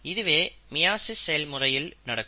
இதுவே மியாசிஸ் செயல்முறையில் நடக்கும்